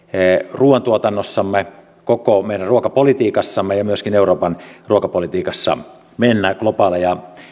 ruuantuotannossamme koko meidän ruokapolitiikassamme ja myöskin euroopan ruokapolitiikassa mennä globaaleja